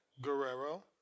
Guerrero